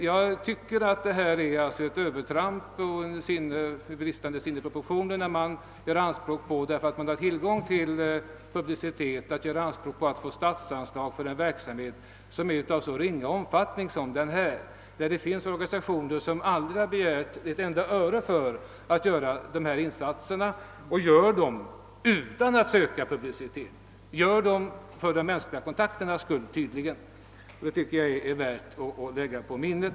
Jag tycker alltså att det är fråga om ett övertramp och visar ett bristande sinne för proportioner att göra anspråk på anslag för en verksamhet, som är av så ringa omfattning som denna, när det finns organisationer vilka aldrig har begärt ett enda öre för sina insatser och som gjort dessa utan att söka publicitet, tydligen enbart för att söka etablera mänskliga kontakter. Det tycker jag är värt att lägga på minnet.